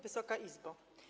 Wysoka Izbo!